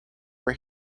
were